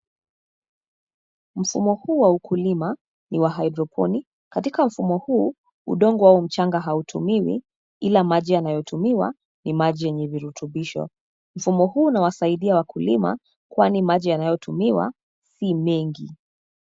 Mfumo huu wa kulima ni wa hydroponic . Katika mfumo huu udongo au mchanga hautumiwi ila maji yanayotumiwa ni maji yenye virutubisho. Mfumo huu unawasaidia wakulima kwani maji yanayotumiwa si mengi.